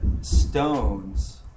stones